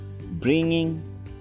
bringing